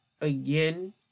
again